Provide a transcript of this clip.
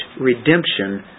redemption